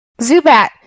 Zubat